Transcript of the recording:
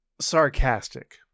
sarcastic